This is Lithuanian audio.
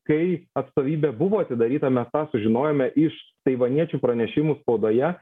kai atstovybė buvo atidaryta mes tą sužinojome iš taivaniečių pranešimų spaudoje